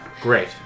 Great